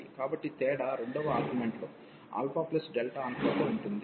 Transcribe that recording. కాబట్టి తేడా రెండవ ఆర్గుమెంట్ α తో ఉంటుంది